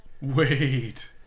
Wait